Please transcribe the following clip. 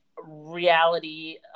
reality